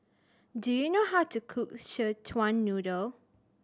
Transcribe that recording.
do you know how to cook Szechuan Noodle